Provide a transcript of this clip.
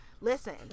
listen